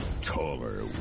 taller